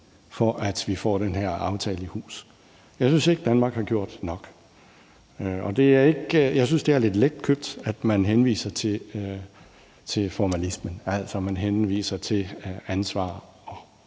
for at vi får den her aftale i hus. Jeg synes ikke, at Danmark har gjort nok. Jeg synes, at det er lidt letkøbt, at man henviser til formalismen, altså at man henviser til ansvaret og